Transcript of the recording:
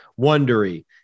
Wondery